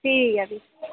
ठीक ऐ फ्ही